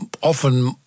often